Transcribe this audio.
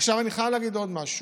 עכשיו אני חייב להגיד עוד משהו: